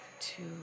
Two